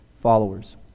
followers